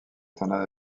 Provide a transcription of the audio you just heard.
tornade